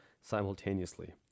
simultaneously